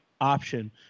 option